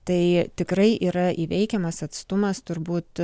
tai tikrai yra įveikiamas atstumas turbūt